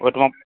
ओहिठमा